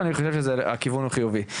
אני חושב שהכיוון הוא חיובי.